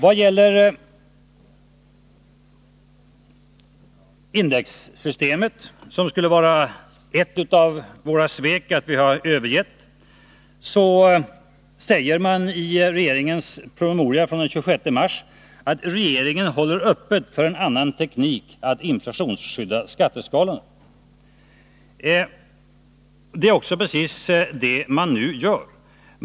Vad gäller indexsystemet — det skulle vara ett av våra svek att vi har övergett det — sade man i regeringens promemoria från den 26 mars att regeringen håller öppet för en annan teknik att inflationsskydda skatteskalorna. Det är också precis det man nu gör.